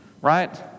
right